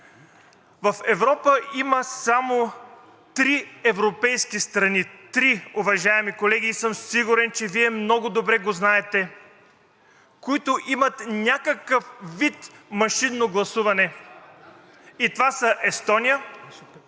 В Европа има само три европейски страни – три, уважаеми колеги, и съм сигурен, че Вие много добре го знаете, които имат някакъв вид машинно гласуване, и това е Естония,